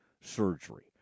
surgery